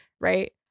right